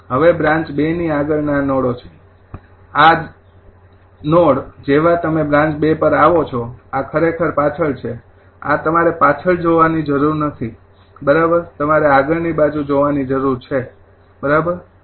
હવે બ્રાન્ચ ૨ ની આગળના નોડો છે આ નોડ જેવા તમે બ્રાન્ચ ૨ પર આવો છો આ ખરેખર પાછળ છે આ તમારે પાછળની બાજુ જોવાની જરૂર નથી બરાબર તમારે આગળની બાજુ જોવાની જરૂર છે બરાબર